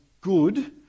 good